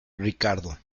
ricardo